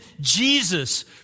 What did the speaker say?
Jesus